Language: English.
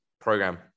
program